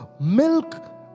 milk